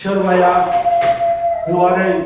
सोरबाया गुवारै